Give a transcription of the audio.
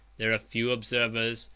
there are few observers,